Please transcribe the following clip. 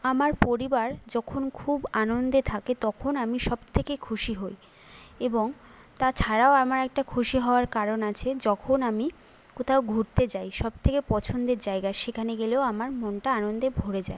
আমার পরিবার যখন খুব আনন্দে থাকে তখন আমি সব থেকে খুশি হই এবং তাছাড়াও আমার একটা খুশি হওয়ার কারণ আছে যখন আমি কোথাও ঘুরতে যাই সব থেকে পছন্দের জায়গায় সেখানে গেলেও আমার মনটা আনন্দে ভরে যায়